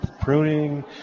pruning